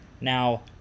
now